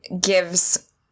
gives